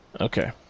Okay